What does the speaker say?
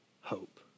hope